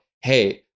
hey